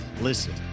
Listen